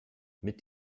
mit